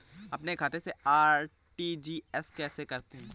अपने खाते से आर.टी.जी.एस कैसे करते हैं?